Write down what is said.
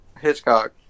Hitchcock